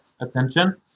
attention